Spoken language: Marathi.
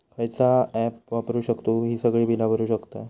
खयचा ऍप वापरू शकतू ही सगळी बीला भरु शकतय?